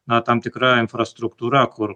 na tam tikra infrastruktūra kur